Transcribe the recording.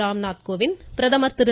ராம்நாத் கோவிந்த் பிரதமர் திரு